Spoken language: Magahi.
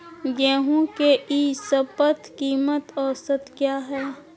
गेंहू के ई शपथ कीमत औसत क्या है?